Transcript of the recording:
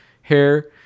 hair